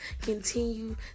continue